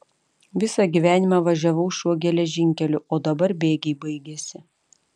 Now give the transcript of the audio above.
visą gyvenimą važiavau šiuo geležinkeliu o dabar bėgiai baigėsi